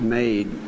made